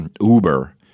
Uber